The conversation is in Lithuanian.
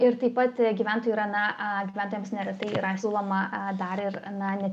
ir taip pat gyventojų yra na gyventojams neretai yra siūloma dar ir na net